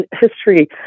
history